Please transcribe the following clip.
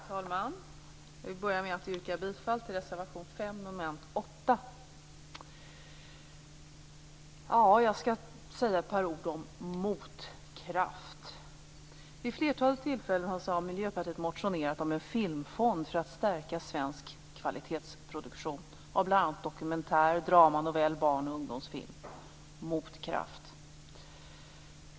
Fru talman! Jag vill börja med att yrka bifall till reservation 5 under mom. 8. Jag skall säga ett par ord om motkraft. Vid ett flertal tillfällen har Miljöpartiet motionerat om en filmfond för att stärka svensk kvalitetsproduktion av bl.a. dokumentär-, drama-, novell-, barn och ungdomsfilm. Motkraft!